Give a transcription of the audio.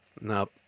Nope